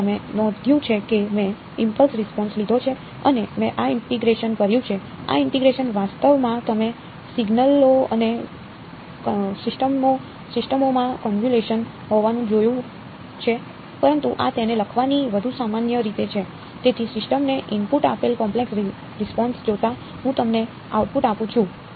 તેથી તમે નોંધ્યું છે કે મેં ઇમ્પલ્સ રીસ્પોનસ્ જોતાં હું તમને આઉટપુટ આપું છું